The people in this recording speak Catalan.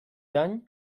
any